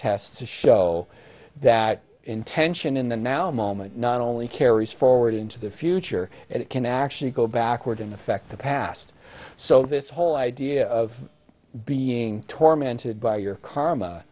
tests to show that intention in the now moment not only carries forward into the future it can actually go backwards in effect the past so this whole idea of being tormented by your karma